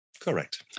Correct